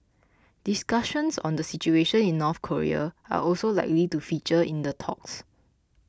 discussions on the situation in North Korea are also likely to feature in the talks